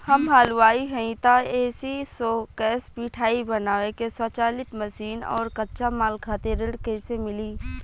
हम हलुवाई हईं त ए.सी शो कैशमिठाई बनावे के स्वचालित मशीन और कच्चा माल खातिर ऋण कइसे मिली?